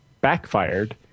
backfired